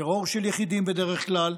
טרור של יחידים בדרך כלל,